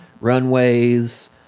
runways